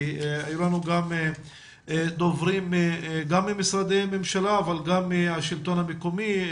כי היו לנו גם דוברים גם ממשרדי הממשלה וגם מהשלטון המקומי,